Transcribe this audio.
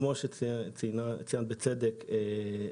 כמו שציינה גבירתי,